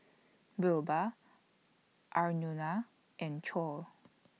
Birbal Aruna and Choor